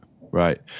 right